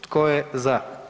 Tko je za?